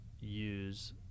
use